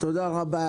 תודה רבה.